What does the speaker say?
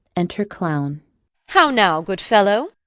enter clown how now, good fellow!